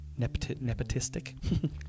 nepotistic